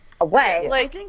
away